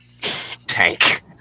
tank